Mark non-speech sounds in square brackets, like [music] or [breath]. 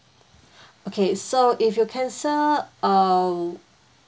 [breath] okay so if you cancel uh